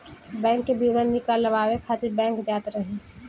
bank के विवरण निकालवावे खातिर बैंक जात रही